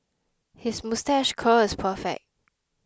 his moustache curl is perfect